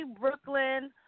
Brooklyn